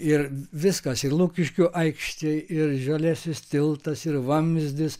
ir viskas ir lukiškių aikštėj ir žaliasis tiltas ir vamzdis